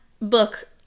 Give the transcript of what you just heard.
book